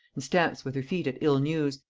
and stamps with her feet at ill news,